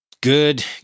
good